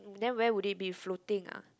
then where would it be floating ah